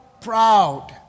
proud